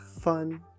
fun